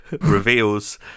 reveals